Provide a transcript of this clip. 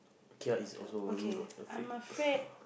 kia is also not afraid